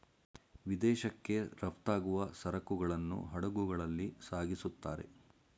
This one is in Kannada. ವಿದೇಶಕ್ಕೆ ರಫ್ತಾಗುವ ಸರಕುಗಳನ್ನು ಹಡಗುಗಳಲ್ಲಿ ಸಾಗಿಸುತ್ತಾರೆ